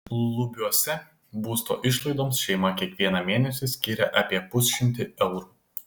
lubiuose būsto išlaidoms šeima kiekvieną mėnesį skiria apie pusšimtį eurų